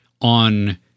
on